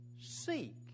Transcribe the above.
seek